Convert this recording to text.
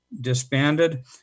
disbanded